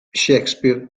shakespeare